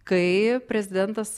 kai prezidentas